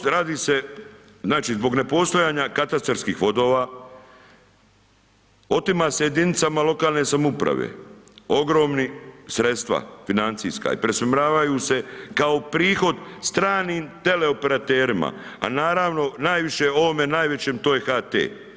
Zbog, radi se, znači zbog nepostojanja katastarskih vodova, otima se jedinicama lokalne samouprave ogromni sredstava financijska i preusmjeravaju se kao prihod stranim teleoperaterima, a naravno najviše ovome najvećem to je HT.